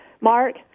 Mark